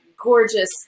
gorgeous